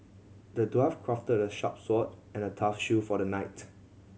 the dwarf crafted a sharp sword and a tough shield for the knight